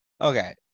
Okay